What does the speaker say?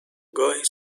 گاهی